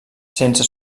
sense